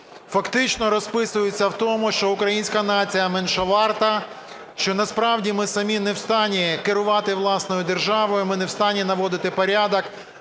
фактично розписуються в тому, що українська нація меншоварта, що насправді ми самі не в стані керувати власною державною, ми не в стані наводити порядок,